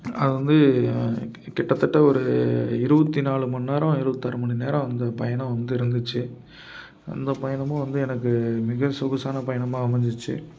அதுவந்து கிட்டத்தட்ட ஒரு இருபத்தி நாலு மணிநேரம் இருபத்தாறு மணிநேரம் அந்த பயணம் வந்து இருந்திச்சு அந்த பயணமும் வந்து எனக்கு மிக சொகுசான பயணமாக அமைஞ்சிச்சி